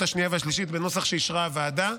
השנייה והשלישית בנוסח שאישרה הוועדה.